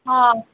हँ